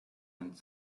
end